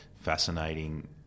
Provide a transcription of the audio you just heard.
fascinating